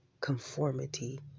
conformity